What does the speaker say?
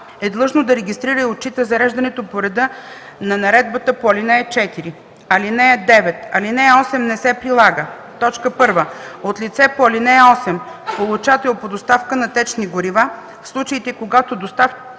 е длъжно да регистрира и отчита зареждането по реда на наредбата по ал. 4. (9) Алинея 8 не се прилага: 1. от лице по ал. 8 – получател по доставка на течни горива, в случаите когато доставчикът